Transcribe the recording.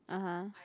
(uh huh)